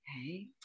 Okay